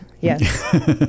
Yes